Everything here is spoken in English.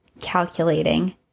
calculating